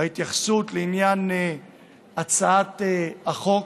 ההתייחסות לעניין הצעת החוק,